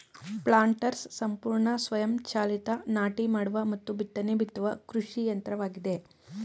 planters ಸಂಪೂರ್ಣ ಸ್ವಯಂ ಚಾಲಿತ ನಾಟಿ ಮಾಡುವ ಮತ್ತು ಬಿತ್ತನೆ ಬಿತ್ತುವ ಕೃಷಿ ಯಂತ್ರವಾಗಿದೆ